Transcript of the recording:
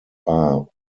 are